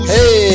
Hey